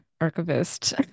archivist